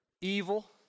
evil